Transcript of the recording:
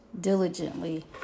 diligently